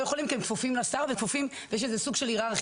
יכולים כי הם כפופים לשר ויש איזה שהוא סוג של היררכיה.